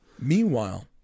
Meanwhile